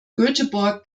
göteborg